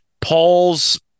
Paul's